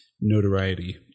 notoriety